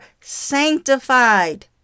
sanctified